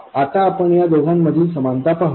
आता आपण या दोघांमधील समानता पाहू शकता